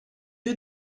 you